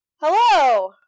Hello